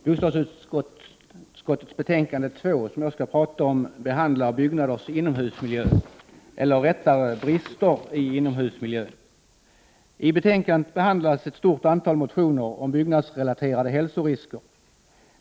Herr talman! Bostadsutskottets betänkande 2 handlar om byggnaders inomhusmiljö, eller rättare, brister i inomhusmiljö. I betänkandet behandlas ett stort antal motioner om byggnadsrelaterade hälsorisker.